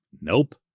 nope